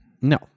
No